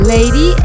Lady